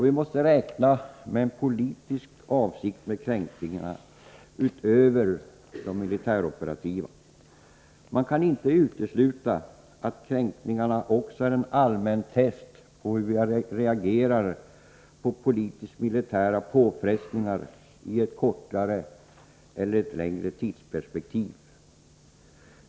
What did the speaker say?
Vi måste räkna med en politisk avsikt med kränkningarna utöver de militäroperativa. Man kan inte utesluta att kränkningarna också är en allmän test på hur vi reagerar på politisk-militära påfrestningar i ett kortare eller ett längre tidsperspektiv.